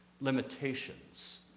limitations